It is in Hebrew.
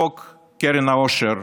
חוק קרן העושר,